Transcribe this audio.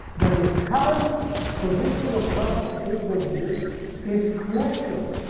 but the current position of russia in the region is crucial,